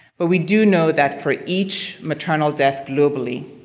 but we do know that for each maternal death globally,